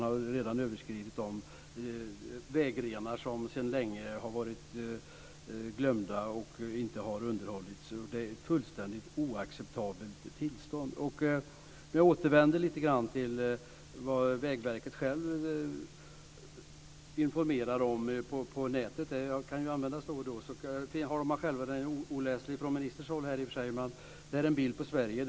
Detta är ett fullständigt oacceptabelt tillstånd. Jag vill återvända lite grann till vad Vägverket informerar om på nätet. Den bild som jag håller i min hand är oläslig från ministerns håll, men det är en bild över Sverige.